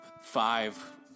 five